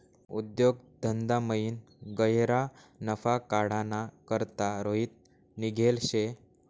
उद्योग धंदामयीन गह्यरा नफा काढाना करता रोहित निंघेल शे